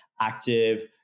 active